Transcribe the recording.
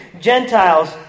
Gentiles